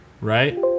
right